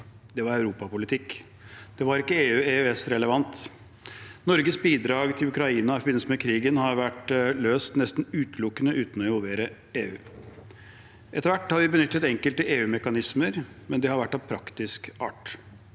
Det var europapolitikk. Det var ikke EU- eller EØS-relevant. Norges bidrag til Ukraina i forbindelse med krigen har vært løst nesten utelukkende uten å involvere EU. Etter hvert har vi benyttet enkelte EU-mekanismer, men det har vært av praktisk art.